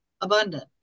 abundant